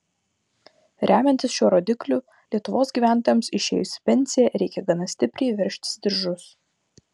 remiantis šiuo rodikliu lietuvos gyventojams išėjus į pensiją reikia gana stipriai veržtis diržus